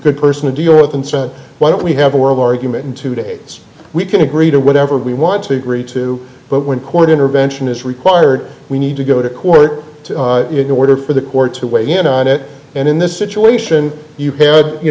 good person to deal with and sent why don't we have oral argument today we can agree to whatever we want to agree to but when court intervention is required we need to go to court in order for the court to weigh in on it and in this situation you had you